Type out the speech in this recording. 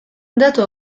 datu